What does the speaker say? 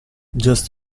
just